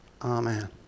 Amen